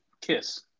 KISS